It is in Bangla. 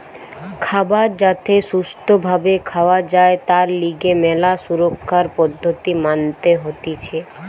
খাবার যাতে সুস্থ ভাবে খাওয়া যায় তার লিগে ম্যালা সুরক্ষার পদ্ধতি মানতে হতিছে